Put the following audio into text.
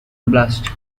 oblast